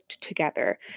together